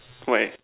where